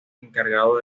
encargado